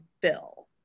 Bill